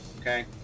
Okay